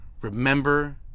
Remember